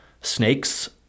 snakes